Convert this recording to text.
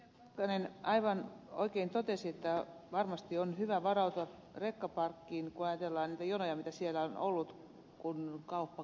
pakkanen aivan oikein totesi että varmasti on hyvä varautua rekkaparkkiin kun ajatellaan niitä jonoja mitä siellä on ollut kun kauppa käy hyvin